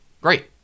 Great